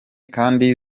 kandi